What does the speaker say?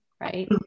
right